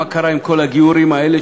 מה קרה עם כל הגיורים האלה,